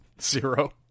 Zero